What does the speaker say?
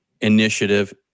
initiative